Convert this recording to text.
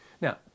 Now